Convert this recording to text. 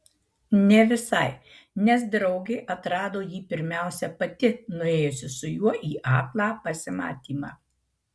ne visai nes draugė atrado jį pirmiausia pati nuėjusi su juo į aklą pasimatymą